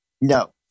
No